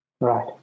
Right